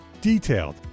detailed